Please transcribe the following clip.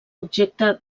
objecte